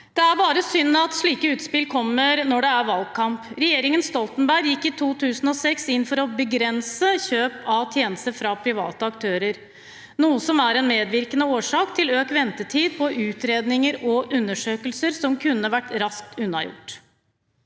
Det er bare synd at slike utspill kommer når det er valgkamp. Regjeringen Stoltenberg gikk i 2006 inn for å begrense kjøp av tjenester fra private aktører, noe som er en medvirkende årsak til økt ventetid på utredninger og undersøkelser som kunne vært raskt unnagjort.